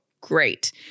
great